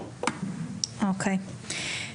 אוקיי,